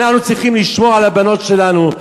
אנחנו צריכים לשמור על הבנות שלנו,